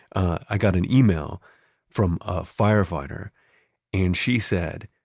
i got an email from a firefighter and she said,